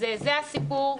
אז זה הסיפור.